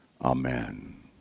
Amen